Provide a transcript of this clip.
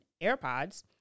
AirPods